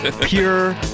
Pure